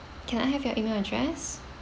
can I have your E-mail address